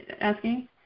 asking